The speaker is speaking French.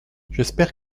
j’espère